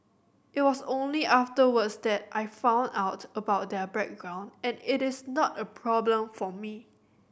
it was only afterwards that I found out about their background and it is not a problem for me